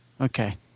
okay